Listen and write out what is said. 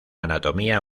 anatomía